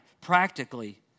practically